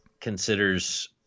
considers